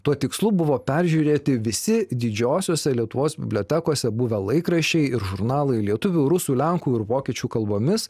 tuo tikslu buvo peržiūrėti visi didžiosiose lietuvos bibliotekose buvę laikraščiai ir žurnalai lietuvių rusų lenkų ir vokiečių kalbomis